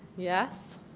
yes